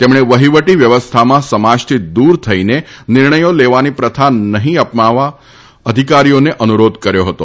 તેમણે વહિવટી વ્યવસ્થામાં સમાજથી દૂર થઈને નિર્ણયો લેવાની પ્રથા નહીં અપનાવવા અધિકારીઓને અનુરોધ કર્યો હતો